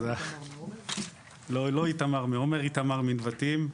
לא איתמר מעומר, איתמר מנבטים,